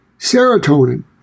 serotonin